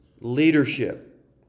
leadership